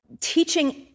teaching